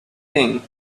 thing